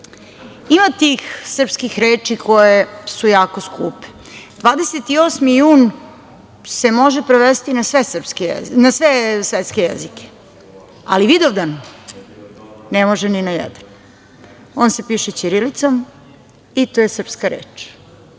tih srpskih reči koje su jako skupe. Naime, 28. jun se može prevesti na sve svetske jezike, ali Vidovdan ne može ni na jedan. On se piše ćirilicom i to je srpska reč.